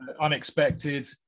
Unexpected